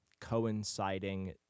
coinciding